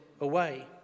away